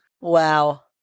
Wow